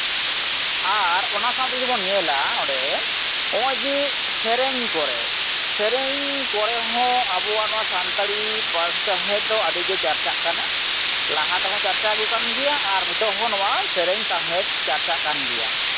ᱟᱨ ᱚᱱᱟ ᱥᱟᱶᱛᱮ ᱡᱩᱫᱤ ᱵᱚᱱ ᱧᱮᱞᱟ ᱱᱚᱰᱮ ᱱᱚᱜᱼᱚᱭ ᱡᱮ ᱥᱮᱨᱮᱧ ᱠᱚᱨᱮᱜ ᱥᱮᱨᱮᱧ ᱠᱚᱨᱮ ᱦᱚᱸ ᱟᱵᱚᱣᱟᱜ ᱱᱚᱣᱟ ᱥᱟᱱᱛᱟᱲᱤ ᱯᱟᱹᱨᱥᱤ ᱥᱟᱶᱦᱮᱫ ᱫᱚ ᱟᱹᱰᱤᱜᱮ ᱪᱟᱨᱪᱟᱜ ᱠᱟᱱᱟ ᱞᱟᱦᱟ ᱛᱮᱦᱚᱸ ᱪᱟᱨᱪᱟᱣ ᱟᱜᱩ ᱠᱟᱱ ᱜᱮᱭᱟ ᱟᱨ ᱱᱤᱛᱚᱜ ᱦᱚᱸ ᱱᱚᱣᱟ ᱥᱮᱨᱮᱧ ᱥᱟᱶᱦᱮᱫ ᱪᱟᱨᱪᱟᱜ ᱠᱟᱱ ᱜᱮᱭᱟ